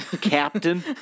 captain